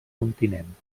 continent